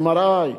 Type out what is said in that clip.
MRI,